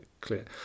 clear